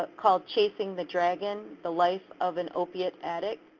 ah called chasing the dragon, the life of an opiate addict.